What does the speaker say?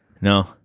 No